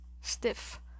stiff